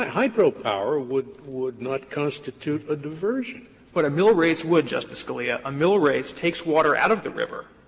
ah hydropower ah would would not constitute a diversion. jay but a mill race would, justice scalia. a mill race takes water out of the river.